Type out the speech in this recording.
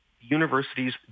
universities